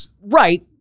right